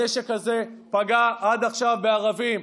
הנשק הזה פגע עד עכשיו בערבים.